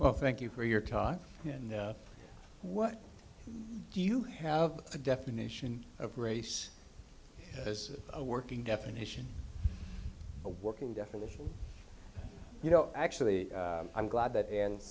well thank you for your time and what do you have a definition of race as a working definition a working definition you know actually i'm glad that and